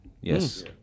Yes